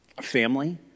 family